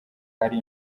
ari